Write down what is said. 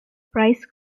price